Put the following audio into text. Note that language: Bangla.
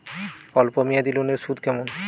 অল্প মেয়াদি লোনের সুদ কেমন?